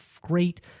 great